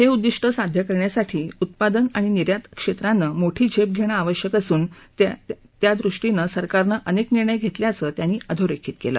हे उद्दिष्ट साध्य करण्यासाठी उत्पादन आणि निर्यात क्षेत्रांत मोठी झेप घेणं आवश्यक असून त्यादृष्टीनं सरकारनं अनेक निर्णय घेतल्याचं त्यांनी अधोरेखित केलं